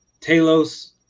talos